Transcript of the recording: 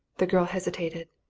the girl hesitated.